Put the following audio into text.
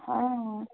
ও